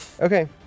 Okay